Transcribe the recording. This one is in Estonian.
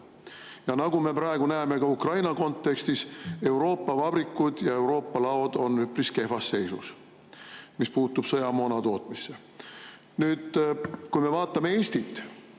Nagu me praegu näeme ka Ukraina kontekstis, Euroopa vabrikud ja Euroopa laod on üpris kehvas seisus, mis puutub sõjamoona tootmisse. Nüüd, kui me vaatame Eestit,